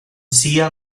sia